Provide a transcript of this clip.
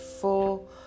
four